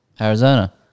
Arizona